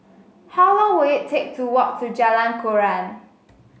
how long will it take to walk to Jalan Koran